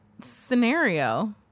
scenario